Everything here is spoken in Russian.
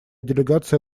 делегация